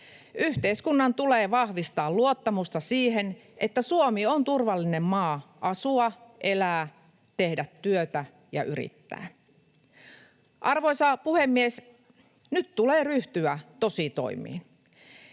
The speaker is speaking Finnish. Yhteiskunnan tulee vahvistaa luottamusta siihen, että Suomi on turvallinen maa asua, elää, tehdä työtä ja yrittää. Arvoisa puhemies! Nyt tulee ryhtyä tositoimiin,